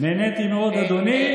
נהניתי מאוד, אדוני.